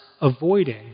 avoiding